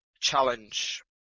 challenge